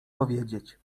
powiedzieć